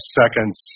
seconds